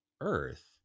Earth